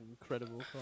incredible